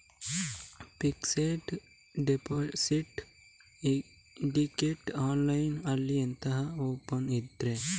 Fixed deposit ಇಡ್ಲಿಕ್ಕೆ online ಅಲ್ಲಿ ಎಂತಾದ್ರೂ ಒಪ್ಶನ್ ಇದ್ಯಾ?